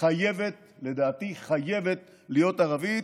חייבת לדעתי להיות ערבית,